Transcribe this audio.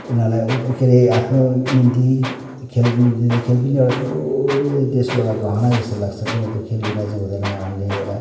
उनीहरूलाई के अरे आफ्नो निम्ति खेलको निम्ति खेलकुद पनि एउटा ठुलो देशको एउटा गहना जस्तो लाग्छ किनभने त्यो खेलको बिना चाहिँ हुँदैन अब हामीले एउटा